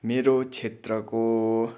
मेरो क्षेत्रको